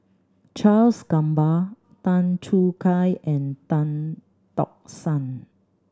Charles Gamba Tan Choo Kai and Tan Tock San